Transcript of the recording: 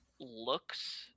looks